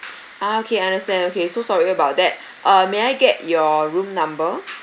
ah okay understand okay so sorry about that uh may I get your room number